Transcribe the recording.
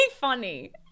funny